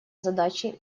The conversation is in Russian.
задачи